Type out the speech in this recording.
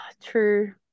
True